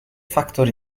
factor